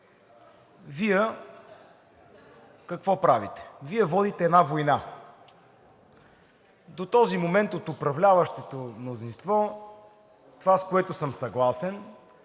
Вие какво правите? Вие водите една война! До този момент от управляващото мнозинство – това, с което съм съгласен